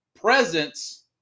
presence